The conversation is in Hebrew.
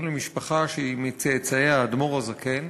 למשפחה שהיא מצאצאי האדמו"ר הזקן.